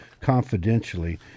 confidentially